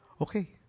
Okay